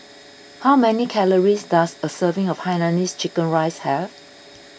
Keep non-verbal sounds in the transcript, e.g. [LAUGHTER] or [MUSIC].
[NOISE] how many calories does a serving of Hainanese Chicken Rice have